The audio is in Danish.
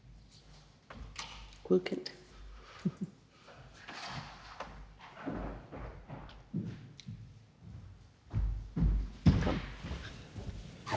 Hvad er det